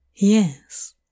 Yes